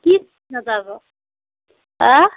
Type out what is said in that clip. কি হা